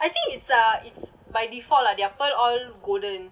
I think it's uh it's by default lah their pearl all golden